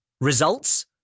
Results